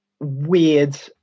weird